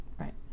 Right